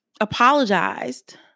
apologized